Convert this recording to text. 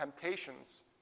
temptations